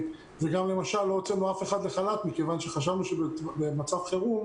וגם לא הוצאנו אף אחד לחל"ת מכיוון שחשבנו שבמצב חירום